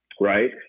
right